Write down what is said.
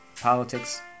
politics